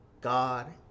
God